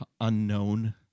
unknown